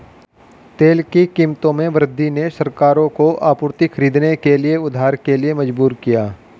तेल की कीमतों में वृद्धि ने सरकारों को आपूर्ति खरीदने के लिए उधार के लिए मजबूर किया